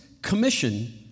commission